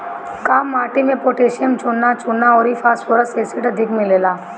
काप माटी में पोटैशियम, चुना, चुना अउरी फास्फोरस एसिड अधिक मिलेला